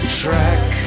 track